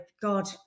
God